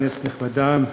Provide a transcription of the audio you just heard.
כנסת נכבדה,